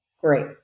Great